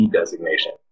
designation